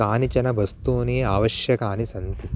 कानिचन वस्तूनि आवश्यकानि सन्ति